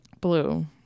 Blue